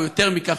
או יותר מכך,